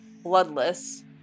bloodless